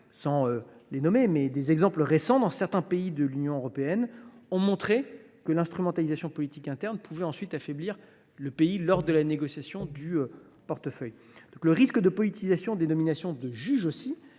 agiter la France. Des exemples récents dans certains pays de l’Union européenne ont montré que l’instrumentalisation politique interne pouvait affaiblir le pays lors de la négociation du portefeuille. Le risque de politisation des nominations de juges à